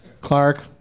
Clark